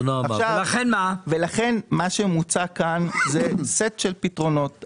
ולכן מה שמוצג כאן הוא סט של פתרונות.